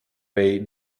way